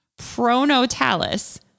Pronotalis